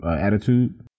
attitude